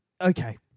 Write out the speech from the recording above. okay